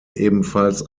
ebenfalls